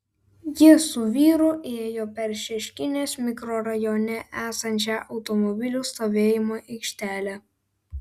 ji su vyru ėjo per šeškinės mikrorajone esančią automobilių stovėjimo aikštelę